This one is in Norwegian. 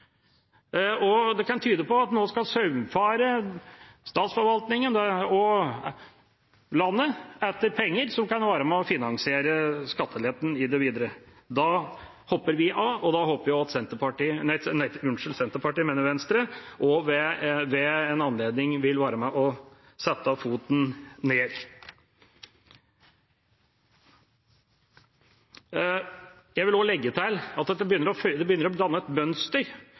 Det kan tyde på at en nå skal saumfare statsforvaltningen og landet etter penger som kan være med og finansiere skatteletten framover. Da hopper vi av, og jeg håper at også Venstre ved en anledning vil være med på å sette ned foten. Jeg vil legge til at det begynner å danne seg et mønster – et